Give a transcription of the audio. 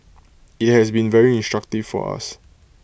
IT has been very instructive for us